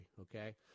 okay